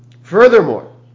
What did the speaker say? Furthermore